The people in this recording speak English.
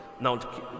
Now